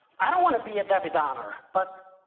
i don't want to be a debby downer, but